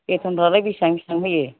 बेथ'नफोरालाय बेसेबां बेसेबां होयो